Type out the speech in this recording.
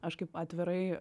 aš kaip atvirai